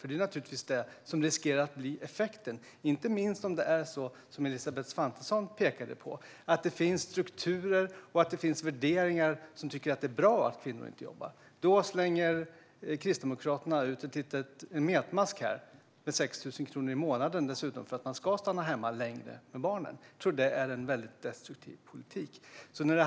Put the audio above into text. Det är naturligtvis detta som riskerar att bli effekten, inte minst om det är så som Elisabeth Svantesson framhöll, att det finns strukturer och värderingar som leder till att man tycker att det är bra att kvinnor inte jobbar. Då slänger Kristdemokraterna ut en metmask med 6 000 kronor i månaden för att man ska stanna hemma längre med barnen. Jag tror att det är en destruktiv politik.